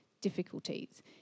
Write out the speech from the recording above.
difficulties